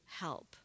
help